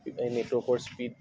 নেটৱৰ্কৰ স্পিড